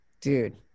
Dude